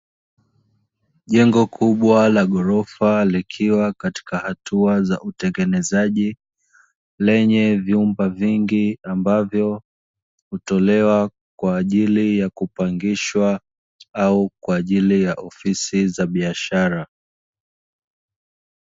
Jengo kubwa la ghorofa likiwa katika hatua za utengenezaji, lenye vyumba vingi ambavyo hutolewa kwa ajili ya kupangishwa au kwa ajili ya ofisi za biashara.